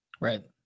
Right